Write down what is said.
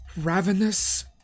ravenous